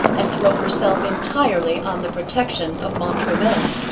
and throw herself entirely on the protection of montraville.